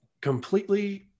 completely